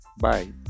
Bye